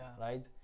right